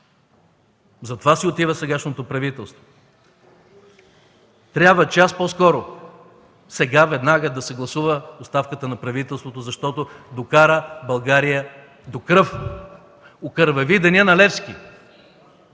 Затова си отива сегашното правителство. Трябва час по-скоро, сега, веднага да се гласува оставката на правителството, защото докара България до кръв. Окървави Деня на Левски,